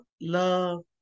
love